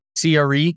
CRE